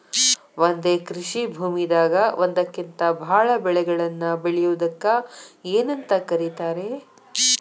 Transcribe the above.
ಒಂದೇ ಕೃಷಿ ಭೂಮಿದಾಗ ಒಂದಕ್ಕಿಂತ ಭಾಳ ಬೆಳೆಗಳನ್ನ ಬೆಳೆಯುವುದಕ್ಕ ಏನಂತ ಕರಿತಾರೇ?